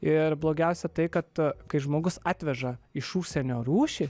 ir blogiausia tai kad kai žmogus atveža iš užsienio rūšį